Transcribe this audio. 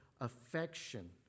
affection